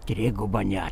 triguba net